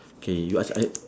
K you ask your other